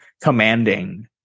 commanding